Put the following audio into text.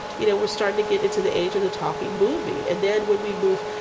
you know, we're starting to get into the age of the talking movie. and then when we move,